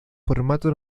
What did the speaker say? formato